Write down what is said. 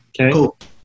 okay